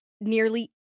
nearly